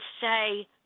say